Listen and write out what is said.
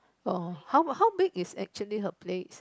oh how about how big is actually her place